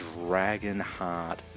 Dragonheart